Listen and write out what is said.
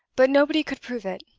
but nobody could prove it.